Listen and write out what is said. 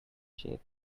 shape